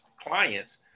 clients